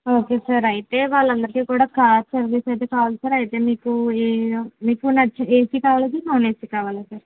okay sir అయితే వాళ్ళందరికీ కూడా కార్ సర్వీస్ అయితే కావాలి సార్ అయితే మీకు నచ్చిన ఏసీ కావాలా సార్ నాన్ ఏసీ కావాలా సార్